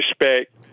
respect